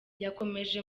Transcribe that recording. yakomeje